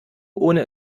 ohne